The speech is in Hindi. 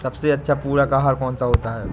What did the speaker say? सबसे अच्छा पूरक आहार कौन सा होता है?